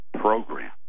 program